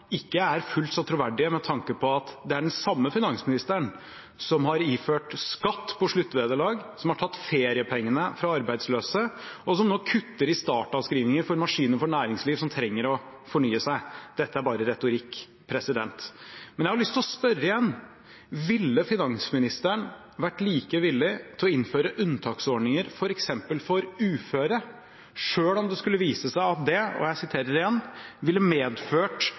ikke er fullt så troverdig med tanke på at det er den samme finansministeren som har iført skatt på sluttvederlag, som har tatt feriepengene fra arbeidsløse og som nå kutter i startavskrivninger for maskiner i næringsliv som trenger å fornye seg. Dette er bare retorikk. Jeg har lyst til å spørre igjen: Ville finansministeren vært like villig til å innføre unntaksordninger for f.eks. uføre, selv om det skulle vise seg at det ville «være administrativt krevende både for skattyter og